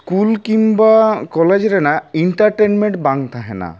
school ᱠᱤᱝᱵᱟ college ᱨᱮᱱᱟᱜ entertainment ᱵᱟᱝ ᱛᱟᱦᱮᱸᱱᱟ